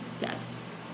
Yes